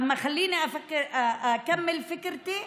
אתה תהיה כבר במצב שחשבת על כל השאלות שיש לך